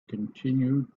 continue